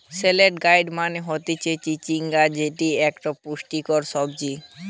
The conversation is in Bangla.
স্নেক গার্ড মানে হতিছে চিচিঙ্গা যেটি একটো পুষ্টিকর সবজি